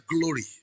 glory